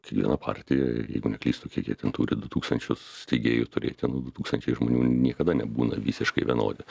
kiekviena partija jeigu neklystu kiek jie ten turi du tūkstančius steigėjų turėti nu du tūkstančiai žmonių niekada nebūna visiškai vienodi